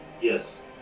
Yes